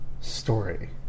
story